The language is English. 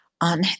on